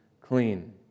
clean